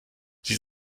sie